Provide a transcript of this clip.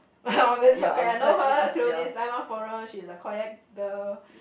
obvious okay I know her through this is landmark forum she is a quiet girl